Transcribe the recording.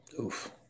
Oof